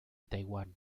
taiwán